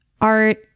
art